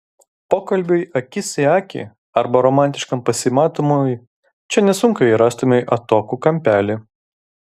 pokalbiui akis į akį arba romantiškam pasimatymui čia nesunkiai rastumei atokų kampelį